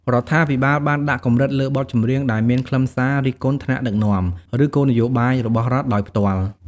រដ្ឋាភិបាលបានដាក់កម្រិតលើបទចម្រៀងដែលមានខ្លឹមសារ រិះគន់ថ្នាក់ដឹកនាំ ឬគោលនយោបាយរបស់រដ្ឋ ដោយផ្ទាល់។